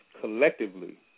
Collectively